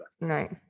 Right